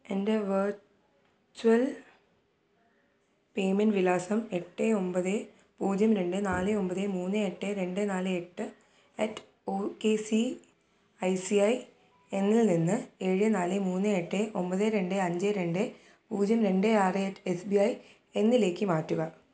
എൻ്റെ virtual payment വിലാസം എട്ട് ഒൻപത് പൂജ്യം രണ്ട് നാല് ഒൻപത് മൂന്ന് എട്ട് രണ്ട് നാല് എട്ട് at O K C I C I എന്നതിൽ നിന്ന് ഏഴ് നാല് മൂന്ന് എട്ട് ഒൻപത് രണ്ട് അഞ്ച് രണ്ട് പൂജ്യം രണ്ട് ആറ് അറ്റ് എസ് ബി ഐ എന്നതിലേക്ക് മാറ്റുക